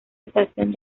estación